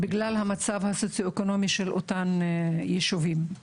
הם סובלים בגלל המצב הסוציואקונומי של אותם ישובים.